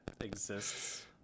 exists